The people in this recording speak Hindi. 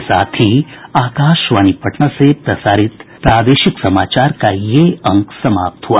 इसके साथ ही आकाशवाणी पटना से प्रसारित प्रादेशिक समाचार का ये अंक समाप्त हुआ